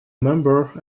member